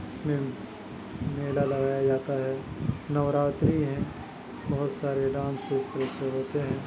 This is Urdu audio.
اِس میں میلہ لگایا جاتا ہے نوراتری ہے بہت سارے ڈانس اِس طرح سے ہوتے ہیں